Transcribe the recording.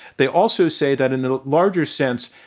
they also say that in the larger sense,